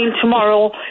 tomorrow